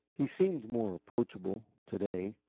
he seemed more approachable to-day,